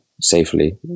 safely